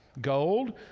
gold